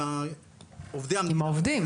עם עובדי המדינה.